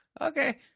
Okay